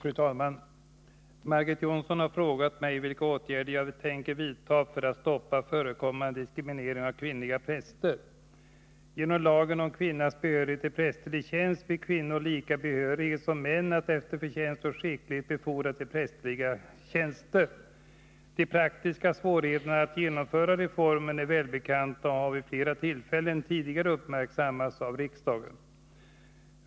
Fru talman! Margit Jonsson har frågat mig vilka åtgärder jag tänker vidta för att stoppa förekommande diskriminering av kvinnliga präster. Genom lagen om kvinnas behörighet till prästerlig tjänst fick kvinnor lika behörighet som män att efter förtjänst och skicklighet befordras till prästerliga tjänster. De praktiska svårigheterna att genomföra reformen är välbekanta och har vid flera tillfällen tidigare uppmärksammats av riksdagen.